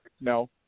No